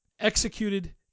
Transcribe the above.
executed